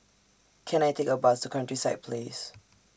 Can I Take A Bus to Countryside Place